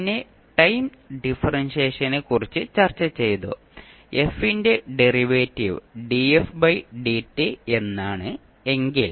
പിന്നെ ടൈം ഡിഫറൻഷിയേഷനെക്കുറിച്ച് ചർച്ച ചെയ്തു f ന്റെ ഡെറിവേറ്റീവ് എന്നാണ് എങ്കിൽ